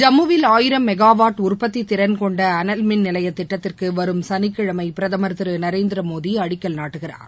ஜம்முவில் ஆயிரம் மெகாவாட் உற்பத்தி திறன் கொண்ட அனல் மின் நிலைய திட்டத்துக்கு வரும் சனிக்கிழமை பிரதமர் திரு நரேந்திரமோடி அடிக்கல் நாட்டுகிறார்